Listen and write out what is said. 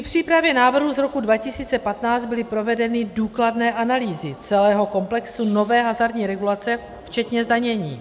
Při přípravě návrhu z roku 2015 byly provedeny důkladné analýzy celého komplexu nové hazardní regulace včetně zdanění.